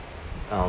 um